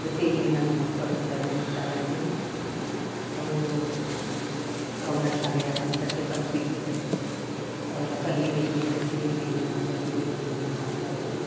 ಜೊತೆಯಲ್ಲಿ ನನ್ನ ಮಕ್ಕಳು ಕೂಡ ಬೆಳಿತಾ ಇದ್ದರು ಅವರು ಪ್ರೌಢಶಾಲೆಯ ಹಂತಕ್ಕೆ ತಲುಪಿದ್ದರು ಅವರ ಕಲಿಯುವಿಕೆ ಜೊತೆಯಲ್ಲಿ ನನ್ನ ಕಲಿಯುವಿಕೆಯನ್ನು ಮಾಡ್ತಾ ಇದ್ದೆ